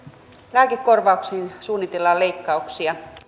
lääkekorvauksiin suunnitellaan leikkauksia